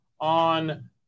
on